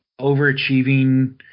overachieving